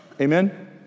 amen